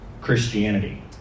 Christianity